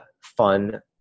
fun